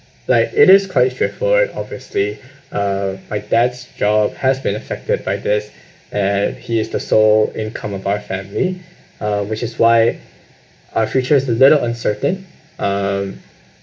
like it is quite straightforward obviously uh my dad's job has been affected by this and he is the sole income of our family uh which is why our future is a little uncertain um